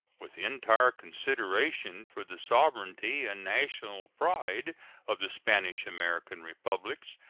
with entire consideration for the sovereignty and national pride of the spanish american republics,